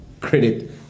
credit